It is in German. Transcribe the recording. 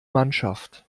mannschaft